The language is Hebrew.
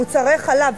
מוצרי חלב,